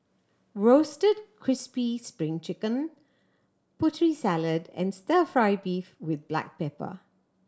Roasted Crispy Spring Chicken Putri Salad and Stir Fry beef with black pepper